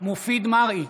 מופיד מרעי,